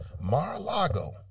Mar-a-Lago